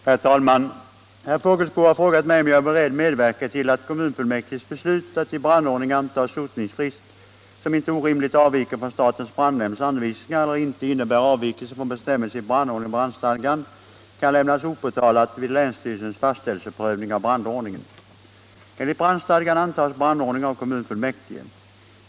Herr talman! Herr Fågelsbo har frågat mig om jag är beredd medverka till att kommunfullmäktiges beslut att i brandordningen anta sotningsfrist som inte orimligt avviker från statens brandnämnds anvisningar eller inte innebär avvikelser från bestämmelse i brandlagen eller brandstadgan kan lämnas opåtalat vid länsstyrelsens fastställelseprövning av brandordningen. Enligt brandstadgan antas brandordning av kommunfullmäktige.